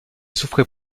souffrait